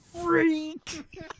freak